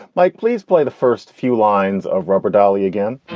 mike, please play the first few lines of rubber dolly again